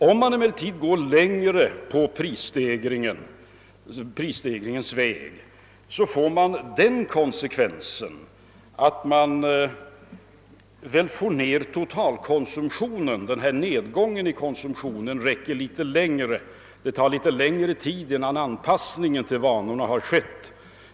Om man emellertid går längre på prisstegringens väg får det konsekvensen att man får ned totalkonsumtionen, att nedgången i konsumtionen varar litet längre och att det tar litet längre tid innan anpassningen till priset har skett.